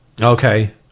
Okay